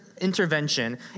Intervention